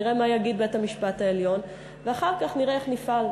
נראה מה יגיד בית-המשפט העליון ואחר כך נראה איך נפעל.